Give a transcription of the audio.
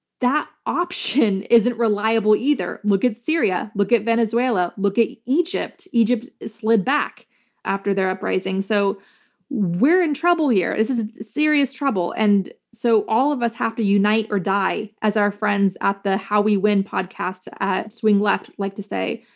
that option isn't reliable either. look at syria, look at venezuela, look at at egypt. egypt has slid back after their uprising, so we're in trouble here, this is serious trouble. and so all of us have to unite or die, as our friends at the how we win podcast at swing left like to say,